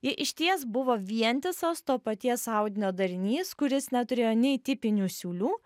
ji išties buvo vientisas to paties audinio darinys kuris neturėjo nei tipinių siūlių